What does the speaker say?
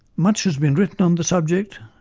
much has been written on the subject,